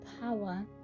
power